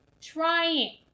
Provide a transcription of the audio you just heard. Trying